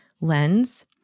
lens